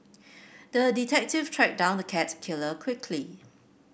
the detective tracked down the cat killer quickly